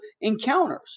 encounters